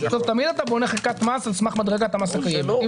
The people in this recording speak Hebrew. אתה תמיד בונה מס על סמך מדרגת המס הקיימת.